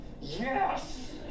Yes